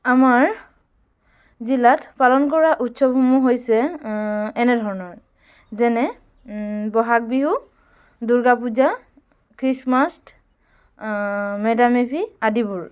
আমাৰ জিলাত পালন কৰা উৎসৱসমূহ হৈছে এনে ধৰণৰ যেনে বহাগ বিহু দুৰ্গা পূজা খ্ৰীষ্টমাছ মেডাম মে' ফি আদিবোৰ